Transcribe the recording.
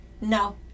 no